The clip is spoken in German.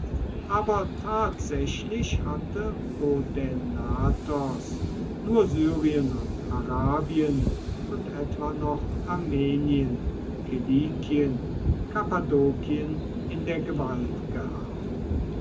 aber tatsächlich hatte odaenathos nur syrien und arabien und etwa noch armenien kilikien kappadokien in der gewalt gehabt